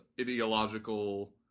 ideological